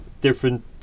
different